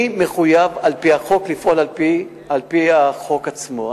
אני מחויב על-פי החוק לפעול על-פי החוק עצמו.